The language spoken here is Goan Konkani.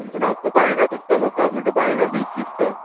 बायणां दिसता म्हाका म्हणटा बायणां बीच दिसता